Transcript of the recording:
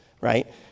right